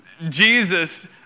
Jesus